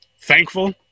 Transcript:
Thankful